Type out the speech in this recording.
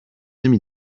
نمی